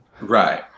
Right